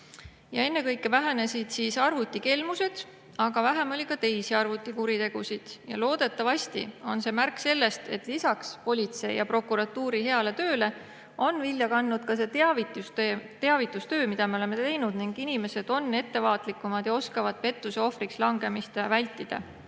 Ennekõike vähenesid arvutikelmused, aga vähem oli ka teisi arvutikuritegusid. Loodetavasti on see märk sellest, et lisaks politsei ja prokuratuuri heale tööle on vilja kandnud ka see teavitustöö, mida me oleme teinud, ning inimesed on ettevaatlikumad ja oskavad pettuse ohvriks langemist vältida.